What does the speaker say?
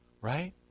right